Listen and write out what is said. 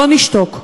לא נשתוק.